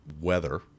weather